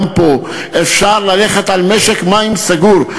גם פה: אפשר ללכת על משק מים סגור.